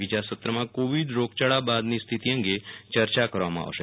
બીજા સત્રમાં કોવિડ રોગયાળા બાદની સ્થિતી અંગે ચર્ચા કરવામાં આવશે